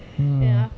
mm